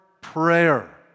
prayer